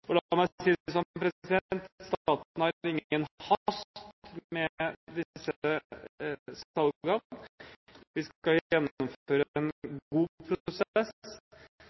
Og la meg si det sånn: Staten har ingen hast med disse salgene. Vi skal gjennomføre en god